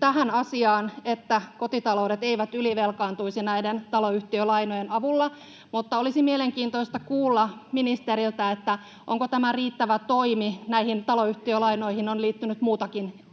tähän asiaan, että kotitaloudet eivät ylivelkaantuisi näiden taloyhtiölainojen avulla, mutta olisi mielenkiintoista kuulla ministeriltä: onko tämä riittävä toimi? Näihin taloyhtiölainoihin on liittynyt